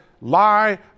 lie